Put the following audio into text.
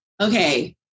Okay